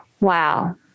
Wow